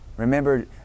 Remember